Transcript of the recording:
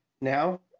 now